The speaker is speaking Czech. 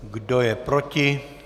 Kdo je proti?